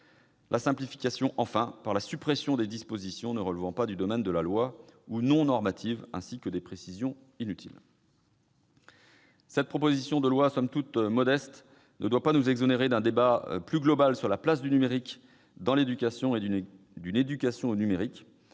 Simplification, enfin : nous supprimons les dispositions non normatives ou ne relevant pas du domaine de la loi, ainsi que les précisions inutiles. Cette proposition de loi somme toute modeste ne doit pas nous exonérer d'un débat plus global sur la place du numérique dans l'éducation et sur l'éducation au numérique,